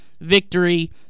victory